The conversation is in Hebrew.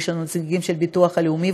ויש לנו נציגים של הביטוח הלאומי,